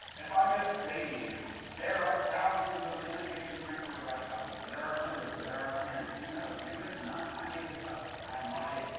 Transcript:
if i just say to you, there are thousands of frank lloyd wright houses or there are hundreds or there are tens who knows, maybe there's none, i made this up i have no idea.